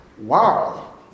wow